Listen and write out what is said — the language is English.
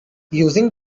using